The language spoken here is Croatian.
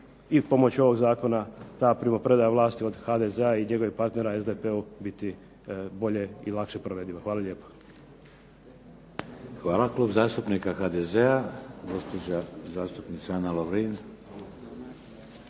i pomoću ovog Zakona ta primopredaja vlasti od HDZ-a i njegovih partnera SDP-u biti bolje i lakše provediva. Hvala lijepo. **Šeks, Vladimir (HDZ)** Hvala. Klub zastupnika HDZ-a gospođa zastupnica Ana Lovrin.